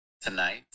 tonight